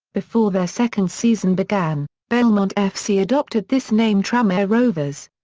before their second season began, belmont f c. adopted this name tranmere rovers.